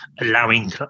allowing